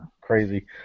crazy